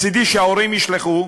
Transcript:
מצדי שההורים ישלחו,